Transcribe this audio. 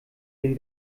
den